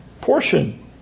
portion